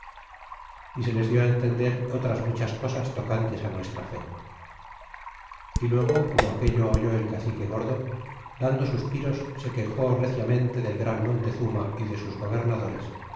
y se les dió entender otras muchas cosas tocantes nuestra santa fe y luego como aquello oyó el cacique gordo dando suspiros se quejó reciamente del gran montezuma y de sus gobernadores